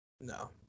no